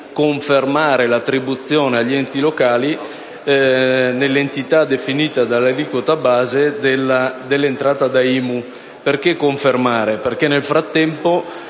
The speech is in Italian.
confermare l'attribuzione agli enti locali, nell'entità definita dall'aliquota base, dell'entrata da IMU. Ho parlato di confermare, perché nel frattempo